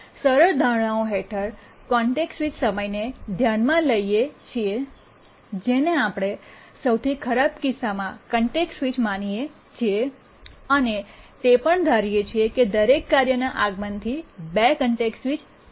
સરળ ધારણાઓ હેઠળ કોન્ટેક્સ્ટ સ્વીચ સમયને ધ્યાનમાં લઈએ છીએ જેને આપણે સૌથી ખરાબ કિસ્સામાં કોન્ટેક્સ્ટ સ્વિચ સમય માનીએ છીએ અને તે પણ ધારે છે કે દરેક કાર્યનું આગમનથી ૨ કોન્ટેક્સ્ટ સ્વિચ થાય છે